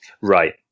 Right